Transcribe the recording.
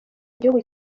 igihugu